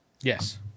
Yes